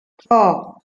four